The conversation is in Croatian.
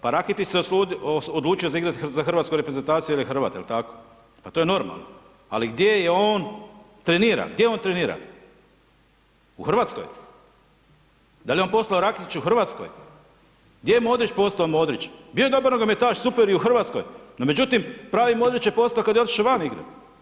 Pa Raketić se odlučio igrati za hrvatsku reprezentaciju jer je Hrvat, jel tako, pa to je normalno, ali gdje je on trenira, gdje on trenira, u Hrvatskoj, da li je on postao Raketić u Hrvatskoj, gdje je Modrić postao Modrić, bio je dobar nogometaš, super i u Hrvatskoj, no međutim pravi Modrić je postao kad je otišo van igrat.